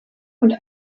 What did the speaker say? und